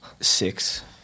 six